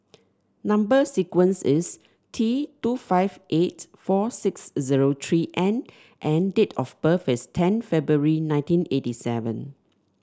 number sequence is T two five eight four six zero three N and date of birth is ten February nineteen eighty seven